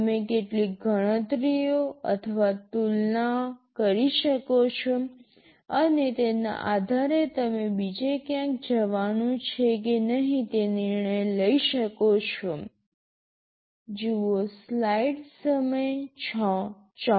તમે કેટલીક ગણતરીઓ અથવા તુલના કરી શકો છો અને તેના આધારે તમે બીજે ક્યાંક જવાનું છે કે નહીં તે નિર્ણય લઈ શકો છો